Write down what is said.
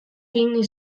fini